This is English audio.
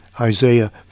Isaiah